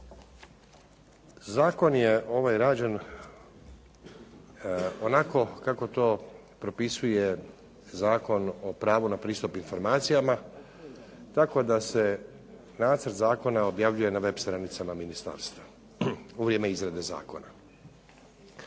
Zakon je ovaj rađen onako kako to propisuje Zakon o pravu na pristup informacijama, tako da se nacrt zakona objavljuje na web stranicama ministarstva, u vrijeme izrade zakona.